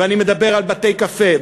ואני מדבר על בתי-קפה,